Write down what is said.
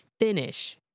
finish